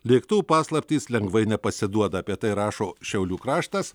lėktuvų paslaptys lengvai nepasiduoda apie tai rašo šiaulių kraštas